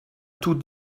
tout